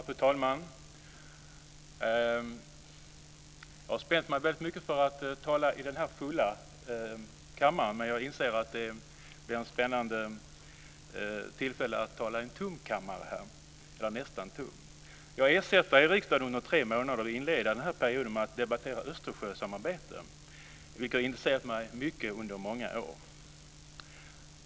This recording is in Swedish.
Fru talman! Jag har spänt mig väldigt mycket inför att tala i den fulla kammaren, men jag inser att det blir spännande att tala inför en nästan tom kammare. Jag är ersättare i riksdagen under tre månader och vill inleda denna period med att debattera Östersjösamarbetet, vilket har intresserat mig mycket under många år.